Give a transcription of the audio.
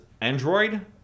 Android